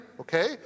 okay